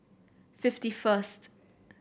fifty first